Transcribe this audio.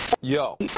Yo